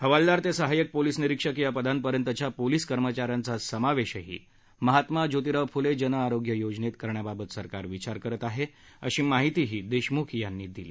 हवालदार ते सहाय्यक पोलीस निरीक्षक या पदांपर्यंतच्या पोलीस कर्मचाऱ्यांचा समावेशही महात्मा ज्योतिराव फुले जन आरोग्य योजनेत करण्याबाबत सरकार विचार करत आहे अशी माहितीही देशमुख यांनी दिली